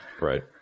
Right